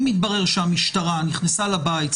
אם יתברר שהמשטרה נכנסה לבית,